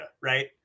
right